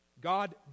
God